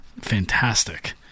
fantastic